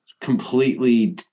completely